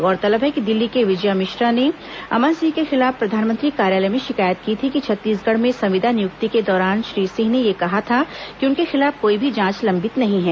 गौरतलब है कि दिल्ली के विजया मिश्रा ने अमन सिंह के खिलाफ प्रधानमंत्री कार्यालय में शिकायत की थी कि छत्तीसगढ़ में संविदा नियुक्ति के दौरान श्री सिंह ने यह कहा था कि उनके खिलाफ कोई भी जांच लंबित नहीं है